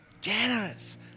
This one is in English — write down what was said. Generous